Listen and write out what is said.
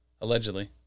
Allegedly